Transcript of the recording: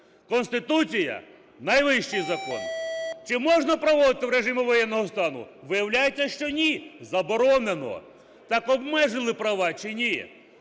Конституція – найвищий закон. Чи можна проводити в режимі воєнного стану? Виявляється, що ні – заборонено. Так обмежили права чи ні?